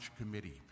Committee